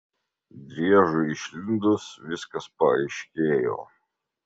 driežui išlindus viskas paaiškėjo